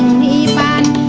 the man